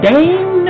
Dame